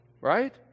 right